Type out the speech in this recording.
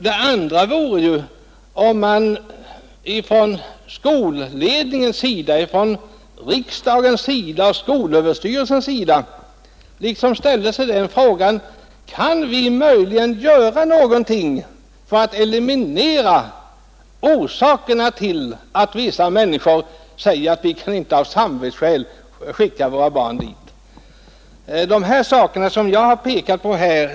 Det andra vore att man inom skolans ledning, i riksdagen och inom skolöverstyrelsen ställde sig frågan: Kan vi möjligen göra någonting för att undanröja orsakerna till att vissa människor säger sig av samvetsskäl inte kunna skicka sina barn till skolan?